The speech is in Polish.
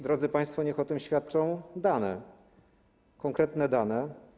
Drodzy państwo, niech o tym świadczą dane, konkretne dane.